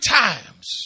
times